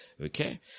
Okay